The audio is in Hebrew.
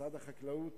ומשרד החקלאות